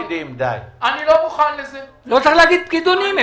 לא צריך להגיד את המילה "פקידונים".